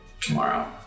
Tomorrow